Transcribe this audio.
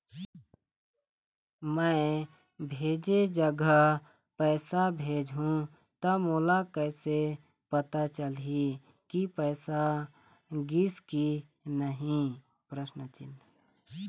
मैं भेजे जगह पैसा भेजहूं त मोला कैसे पता चलही की पैसा गिस कि नहीं?